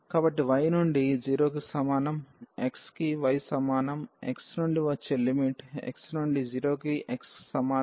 కాబట్టి y నుండి 0 కి సమానం x కి y సమానం x నుండి వచ్చే లిమిట్ x నుండి 0 కి x సమానంగా ఉంటుంది ఇది x కి a సమానం